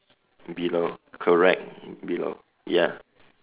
below correct below ya